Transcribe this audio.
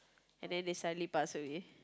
and then they suddenly pass away